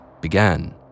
began